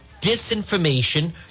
disinformation